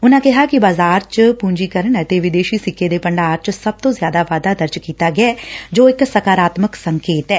ਉਨਾਂ ਕਿਹਾ ਕਿ ਬਾਜ਼ਾਰ ਚ ਪੁੰਜੀ ਕਰਨ ਅਤੇ ਵਿਦੇਸ਼ੀ ਸਿੱਕੇ ਦੇ ਭੰਡਾਰ ਚ ਸਭ ਤੋ ਜ਼ਿਆਦਾ ਵਾਧਾ ਦਰਜ ਕੀਤਾ ਗਿਐ ਜੋ ਕਿ ਸਕਾਰਾਤਮਕ ਸੰਕੇਤ ਐ